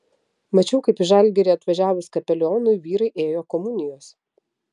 mačiau kaip į žalgirį atvažiavus kapelionui vyrai ėjo komunijos